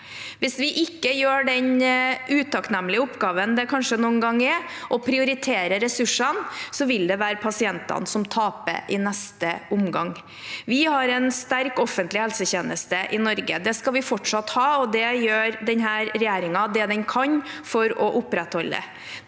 Hvis vi ikke gjør den utakknemlige oppgaven det noen ganger er å prioritere ressursene, vil det være pasientene som taper i neste omgang. Vi har en sterk offentlig helsetjeneste i Norge. Det skal vi fortsatt ha, og det gjør denne regjeringen det den kan for å opprettholde.